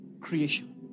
creation